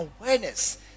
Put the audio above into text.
awareness